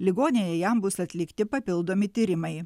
ligoninėje jam bus atlikti papildomi tyrimai